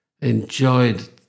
enjoyed